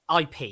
IP